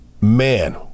Man